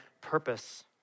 purpose